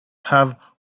have